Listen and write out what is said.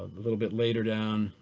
a little bit later down,